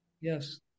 Yes